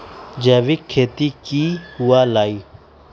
जैविक खेती की हुआ लाई?